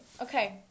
Okay